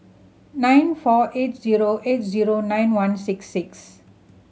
nine four eight zero eight zero nine one six six